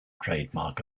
trademark